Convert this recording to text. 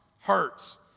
hurts